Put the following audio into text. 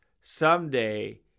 someday